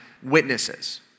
witnesses